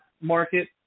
market